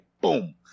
Boom